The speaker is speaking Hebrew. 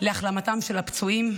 להחלמתם של הפצועים.